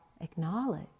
acknowledge